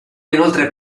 inoltre